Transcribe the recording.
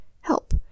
help